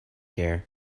here